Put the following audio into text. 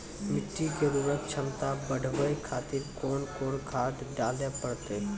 मिट्टी के उर्वरक छमता बढबय खातिर कोंन कोंन खाद डाले परतै?